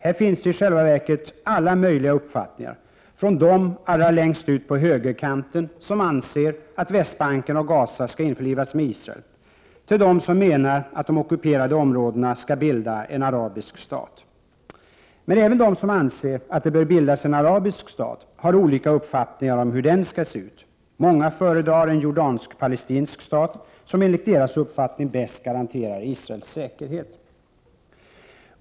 Här finns i själva verket alla möjliga uppfattningar: deras allra längst ut på högerkanten som anser att Västbanken och Gaza bör införlivas med Israel och deras som går ut på att de ockuperade områdena bör få bilda en arabisk stat. Men även de som anser att det bör bildas en arabisk stat har olika uppfattningar om hur staten skall se ut. Många föredrar en jordansk-palestinsk stat, som enligt deras uppfattning bäst garanterar Israels säkerhet.